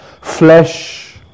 flesh